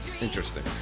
Interesting